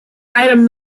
item